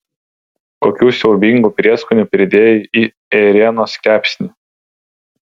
kokių siaubingų prieskonių pridėjai į ėrienos kepsnį